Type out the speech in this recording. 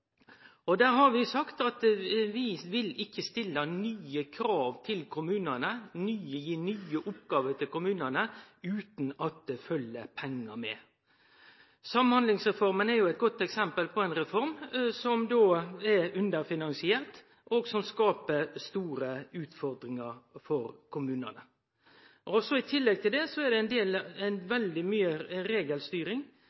midlar. Der har vi sagt at vi vil ikkje stille nye krav til kommunane, gi nye oppgåver til kommunane, utan at det følgjer pengar med. Samhandlingsreforma er jo eit godt eksempel på ei reform som blei underfinansiert, og som skaper store utfordringar for kommunane. I tillegg er det